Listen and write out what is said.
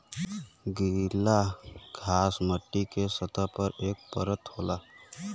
गीला घास मट्टी के सतह पर एक परत होला